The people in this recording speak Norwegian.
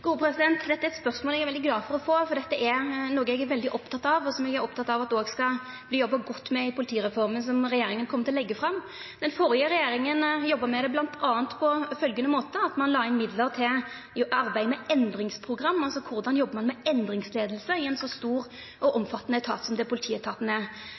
Dette er eit spørsmål eg er veldig glad for å få, for dette er noko eg er veldig oppteken av, og som eg er oppteken av òg skal verta jobba godt med i politireforma, som regjeringa kjem til å leggja fram. Den førre regjeringa jobba med det bl.a. på følgjande måte: Ein la inn midlar til arbeid med endringsprogram – korleis ein jobbar med endringsleiing i ein så stor og omfattande etat som det politietaten er.